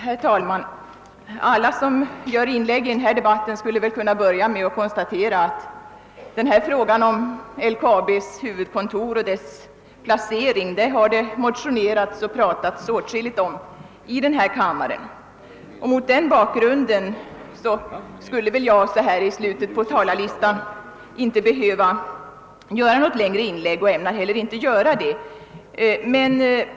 Herr talman! Alla som gör ett inlägg i den här debatten skulle kunna börja med att konstatera att det i denna kammare talats och motionerats åtskilligt om frågan om placeringen av LKAB:s huvudkontor. Mot denna bakgrund skulle jag i slutet på talarlistan inte behöva göra något längre inlägg, och jag ämnar inte heller göra det.